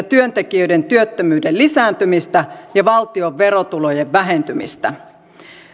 työntekijöiden työttömyyden lisääntymistä ja valtion verotulojen vähentymistä